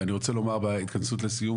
ואני רוצה לומר בהתכנסות לסיום,